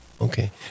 okay